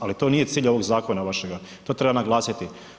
Ali to nije cilj ovog zakona vašega, to treba naglasiti.